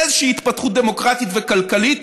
לאיזושהי התפתחות דמוקרטית וכלכלית